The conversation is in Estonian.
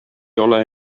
ole